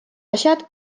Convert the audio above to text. asjad